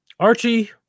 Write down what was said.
Archie